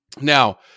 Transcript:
Now